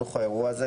בתוך האירוע הזה,